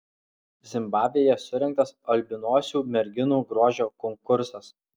zimbabvėje surengtas albinosių merginų grožio konkursas